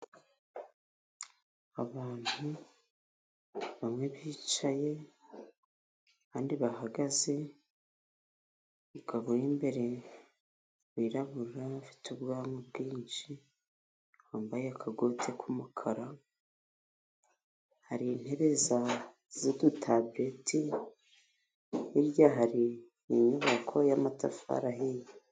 Abantu bamwe bicaye abandi bahagaze, umugabo uri imbere wirabura, ufite ubwanwa bwinshi, wambaye agakoti k'umukara, hari intebe za z'udutabureti, hirya hari inyubako y'amatafari ahiye.